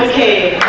hey